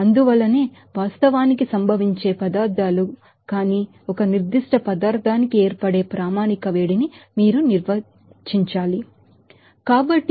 అందువల్లనే వాస్తవానికి సంభవించే పదార్థాలు కాని ఒక పర్టికులర్ సబ్స్టేన్స్ కి ఏర్పడే స్టాండర్డ్ హీట్ ని మీరు నిర్వచించాలి